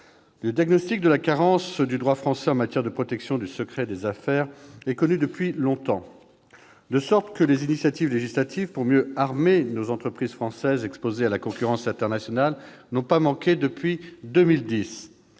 Le diagnostic de la carence du droit français en matière de protection du secret des affaires est établi depuis longtemps, de sorte que les initiatives législatives pour mieux armer nos entreprises françaises exposées à la concurrence internationale n'ont pas manqué depuis 2010.